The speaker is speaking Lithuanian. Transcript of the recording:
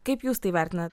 kaip jus tai vertinat